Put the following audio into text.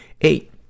Eight